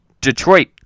Detroit